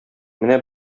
менә